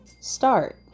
start